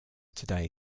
today